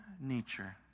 nature